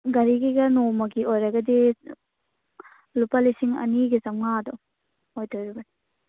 ꯒꯥꯔꯤꯒꯤꯒ ꯅꯣꯡꯃꯒꯤ ꯑꯣꯏꯔꯒꯗꯤ ꯂꯨꯄꯥ ꯂꯤꯁꯤꯡ ꯑꯅꯤꯒ ꯆꯥꯝꯃꯉꯥꯗꯣ ꯑꯣꯏꯗꯣꯔꯤꯕꯅꯤ